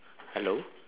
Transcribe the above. hello